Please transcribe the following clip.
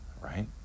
right